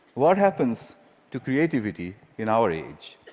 what happens to creativity in our age?